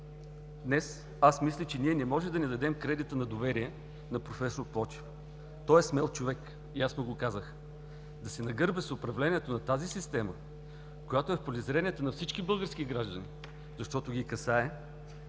Днес аз мисля, че ние не можем да не дадем кредита на доверие на проф. Плочев. Той е смел човек и аз му го казах – да се нагърби с управлението на тази система, която е в полезрението на всички български граждани, защото ги касае,